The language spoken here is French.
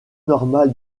normal